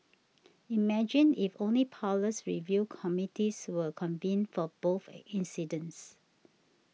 imagine if only powerless review committees were convened for both incidents